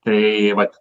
tai vat